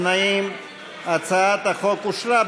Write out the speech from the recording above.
מימון פעילות מוסדות ההנצחה),